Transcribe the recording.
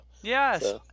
Yes